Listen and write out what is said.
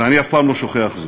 ואני אף פעם לא שוכח זאת.